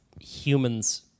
humans